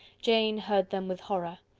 jane heard them with horror.